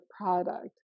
product